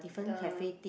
the